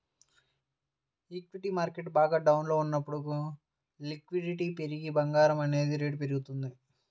equity market బాగా డౌన్లో ఉన్నప్పుడు లిక్విడిటీ పెరిగి బంగారం అనేది రేటు పెరుగుతుంది